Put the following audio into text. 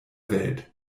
welt